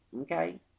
Okay